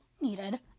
needed